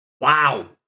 Wow